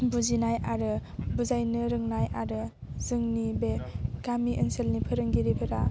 बुजिनाय आरो बुजायनो रोंनाय आरो जोंनि बे गामि ओनसोलनि फोरोंगिरिफोरा